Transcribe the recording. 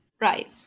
Right